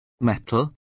metal